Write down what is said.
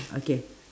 okay